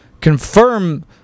confirm